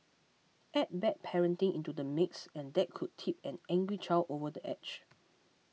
add bad parenting into the mix and that could tip an angry child over the edge